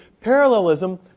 parallelism